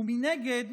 ומנגד,